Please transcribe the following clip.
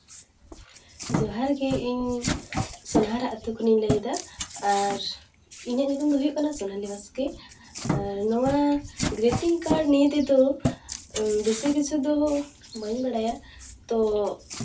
ᱡᱚᱦᱟᱨ ᱜᱮ ᱤᱧ ᱥᱳᱱᱟᱦᱟᱨᱟ ᱟᱹᱛᱩ ᱠᱷᱚᱱᱤᱧ ᱞᱟᱹᱭᱫᱟ ᱟᱨ ᱤᱧᱟᱹᱜ ᱧᱩᱛᱩᱢ ᱫᱚ ᱦᱩᱭᱩᱜ ᱠᱟᱱᱟ ᱥᱳᱱᱟᱞᱤ ᱵᱟᱥᱠᱮ ᱟᱨ ᱱᱚᱣᱟ ᱜᱨᱮᱴᱤᱝ ᱠᱟᱨᱰ ᱱᱤᱭᱮ ᱛᱮᱫᱚ ᱵᱮᱥᱤ ᱠᱤᱪᱷᱩ ᱫᱚ ᱵᱟᱹᱧ ᱵᱟᱲᱟᱭᱟ ᱛᱳ